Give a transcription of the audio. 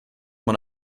man